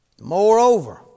Moreover